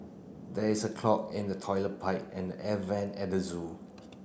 there is a clog in the toilet pipe and the air vent at the zoo